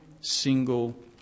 single